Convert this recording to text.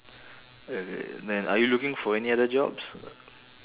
okay then are you looking for any other jobs